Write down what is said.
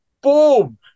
boom